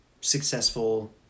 successful